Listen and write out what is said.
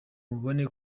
mubone